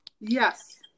Yes